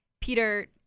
Peter